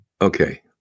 Okay